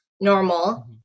normal